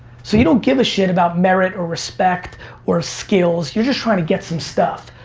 so you don't give a shit about merit or respect or skills, you're just trying to get some stuff.